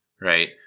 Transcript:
right